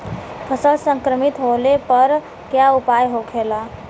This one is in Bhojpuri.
फसल संक्रमित होने पर क्या उपाय होखेला?